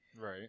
Right